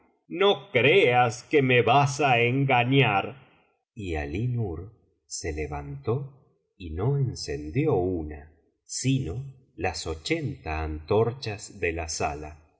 no creas que me vas á engañar y alí nur se levantó y no encendió una sino las ochenta antorchas de la sala